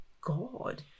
god